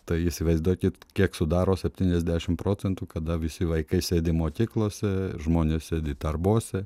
tai įsivaizduokit kiek sudaro septyniasdešimt procentų kada visi vaikai sėdi mokyklose žmonės sėdi darbuose